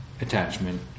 attachment